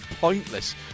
pointless